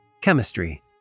Chemistry